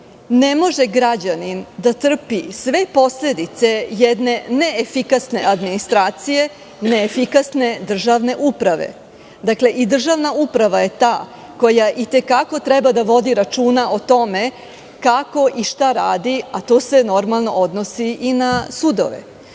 Ne može građanin da trpi sve posledice jedne neefikasne administracije neefikasne državne uprave. Državna uprava je ta koja i te kako treba da vodi računa o tome kako i šta radi, a to se, normalno, odnosi i na sudove. Suština